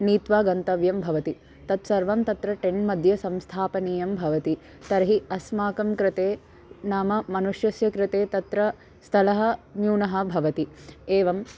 नीत्वा गन्तव्यं भवति तत्सर्वं तत्र टेन्मध्ये संस्थापनीयं भवति तर्हि अस्माकं कृते नाम मनुष्यस्य कृते तत्र स्थलं न्यूनं भवति एवम्